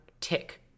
tick